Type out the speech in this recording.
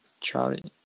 Charlie